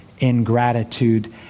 ingratitude